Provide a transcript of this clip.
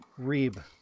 reeb